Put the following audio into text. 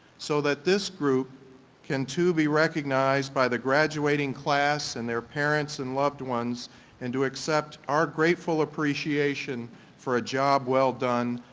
so that this group can too be recognized by the graduating class and their parents and loved ones and to accept our grateful appreciation for a job well done,